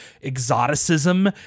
exoticism